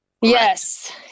Yes